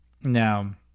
Now